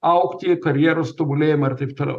augti karjeros tobulėjimą ir taip toliau